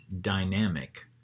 dynamic